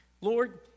Lord